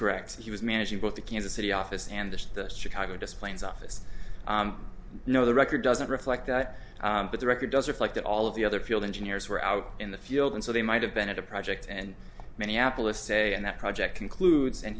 correct he was managing both the kansas city office and the chicago displays office you know the record doesn't reflect that but the record does reflect that all of the other field engineers were out in the field and so they might have been at a project and minneapolis say and that project concludes and